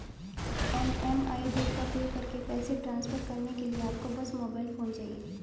MMID का उपयोग करके पैसे ट्रांसफर करने के लिए आपको बस मोबाइल फोन चाहिए